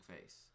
face